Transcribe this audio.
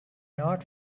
not